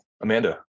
Amanda